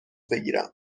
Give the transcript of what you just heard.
بگیرم